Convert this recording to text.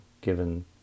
given